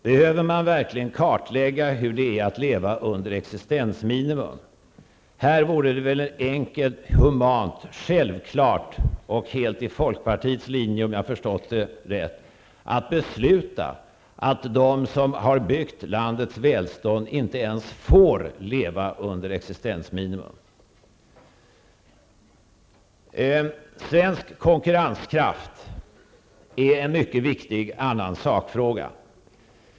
Behöver man verkligen kartlägga hur det är att leva under existensminimum? Här vore det väl enkelt, humant, självklart och helt i folkpartiets linje, om jag har förstått det rätt, att besluta att de som har byggt landets välstånd inte ens får leva under existensminimum. Svensk konkurrenskraft är en mycket viktig annan sakfråga.